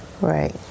right